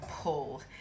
pull